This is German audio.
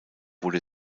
wurde